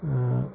ٲں